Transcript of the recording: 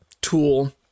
tool